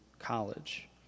college